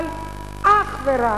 אבל אך ורק,